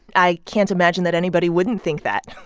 i can't imagine that anybody wouldn't think that.